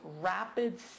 rapid